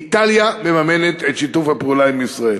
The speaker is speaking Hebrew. איטליה מממנת את שיתוף הפעולה עם ישראל.